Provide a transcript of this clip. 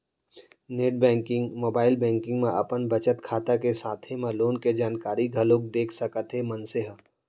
net banking, mobile banking म अपन बचत खाता के साथे म लोन के जानकारी घलोक देख सकत हे मनसे ह